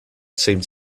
seemed